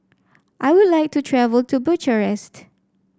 I would like to travel to Bucharest